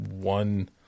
one